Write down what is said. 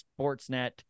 Sportsnet